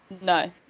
no